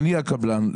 אני הקבלן.